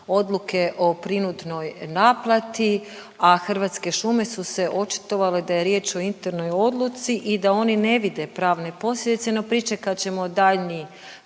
odluke o prinudnoj naplati, a Hrvatske šume su se očitovale da je riječ o internoj odluci i da oni ne vide pravne posljedice no pričekat ćemo daljnji,